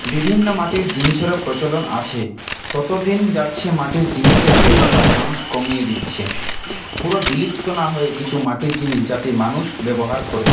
বিভিন্ন মাটির জিনিসেরও প্রচলন আছে তত দিন যাচ্ছে মাটির জিনিসের ব্যবহার মানুষ কমিয়ে দিচ্ছে পুরো বিলুপ্ত না হয়ে কিছু মাটির জিনিস যাতে মানুষ ব্যবহার করে